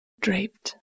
draped